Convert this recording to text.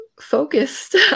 focused